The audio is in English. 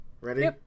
Ready